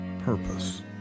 Purpose